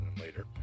later